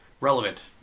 relevant